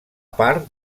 part